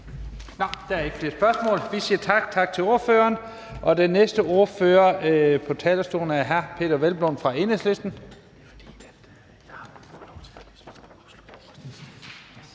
Der er ikke flere spørgsmål. Vi siger tak til ordføreren. Den næste ordfører på talerstolen er hr. Peder Hvelplund fra Enhedslisten.